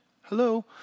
Hello